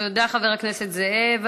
תודה, חבר הכנסת זאב.